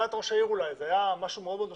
ומבחינת ראש העיר זה היה מאוד מאוד משמעותי,